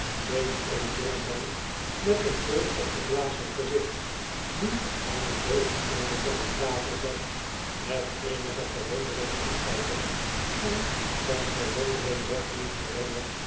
deed een jongeman met een bol opgeblazen gezicht die aan het boveneinde van de tafel zat met eenige verwondering omkijken en zijn verwondering werd niet